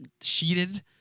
sheeted